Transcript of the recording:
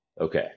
Okay